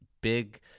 big